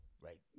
right